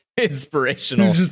Inspirational